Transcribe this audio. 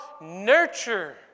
nurture